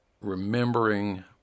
remembering